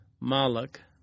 Malak